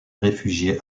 réfugiés